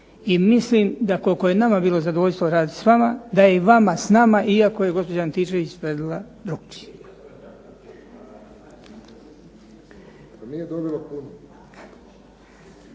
I mislim da koliko je nama bilo zadovoljstvo raditi s vama, da je i vama s nama iako je gospođa Antičevića